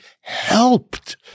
helped